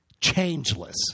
Changeless